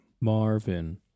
Marvin